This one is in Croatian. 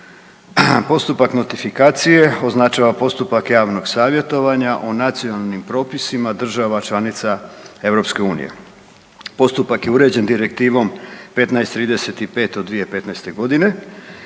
Postupak notifikacije označava postupak javnog savjetovanja o nacionalnim propisima država članica EU. Postupak je uređen Direktivom 1535 od 2015. godine